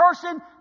person